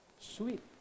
sweet